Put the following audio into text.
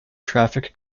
traffic